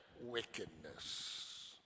wickedness